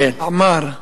עמאר.